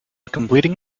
completing